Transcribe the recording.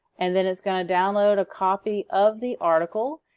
and then it's going to download a copy of the article,